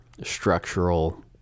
structural